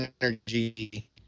energy